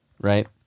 Right